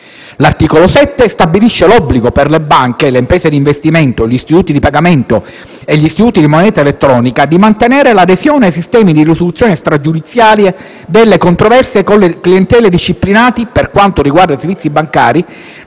L'articolo 7 stabilisce l'obbligo per le banche, le imprese d'investimento e gli istituti di pagamento e di moneta elettronica di mantenere l'adesione ai sistemi di risoluzione stragiudiziale delle controversie con le clientele disciplinati, per quanto riguarda i servizi bancari,